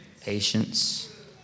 Patience